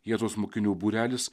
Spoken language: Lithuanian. jėzaus mokinių būrelis